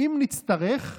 "אם נצטרך,